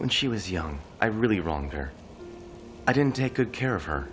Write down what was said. and she was young i really wrong her i didn't take good care of her